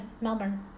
Melbourne